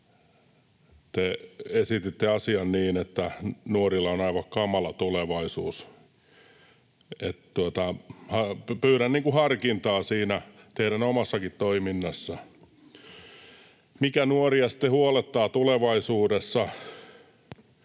Te esititte asian niin, että nuorilla on aivan kamala tulevaisuus. Pyydän harkintaa siinä teidän omassakin toiminnassanne. Mikä nuoria sitten huolettaa tulevaisuudessa?